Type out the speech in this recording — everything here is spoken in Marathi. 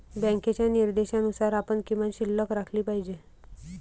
बँकेच्या निर्देशानुसार आपण किमान शिल्लक राखली पाहिजे